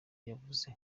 yavuze